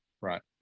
Right